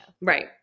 Right